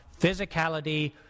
physicality